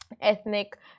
ethnic